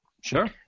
Sure